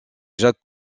jacques